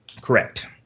Correct